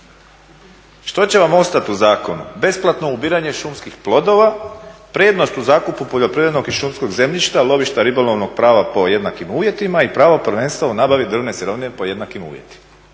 Što će vam ostati u zakonu? Besplatno ubiranje šumskih plodova, prednost u zakupu poljoprivrednog i šumskog zemljišta, lovišta ribolovnog prava po jednakim uvjetima i prava prvenstveno u nabavi drvne sirovine po jednakim uvjetima